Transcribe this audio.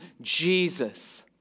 Jesus